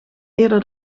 eerder